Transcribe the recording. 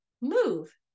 move